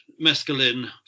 mescaline